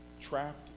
trapped